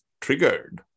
triggered